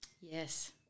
Yes